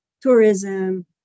tourism